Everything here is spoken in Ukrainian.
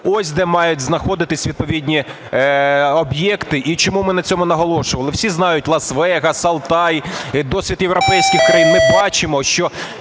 Ось де мають знаходитися відповідні об'єкти, і чому ми на цьому наголошували. Всі знають Лас-Вегас, Алтай, досвід європейських країн. Ми бачимо, що